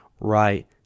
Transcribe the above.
right